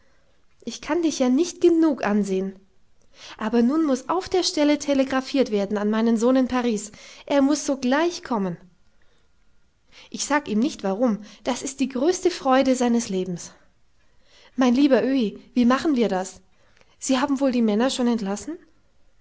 ich kann dich ja nicht genug ansehen aber nun muß auf der stelle telegrafiert werden an meinen sohn in paris er muß sogleich kommen ich sag ihm nicht warum das ist die größte freude seines lebens mein lieber öhi wie machen wir das sie haben wohl die männer schon entlassen